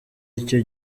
icyo